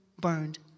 burned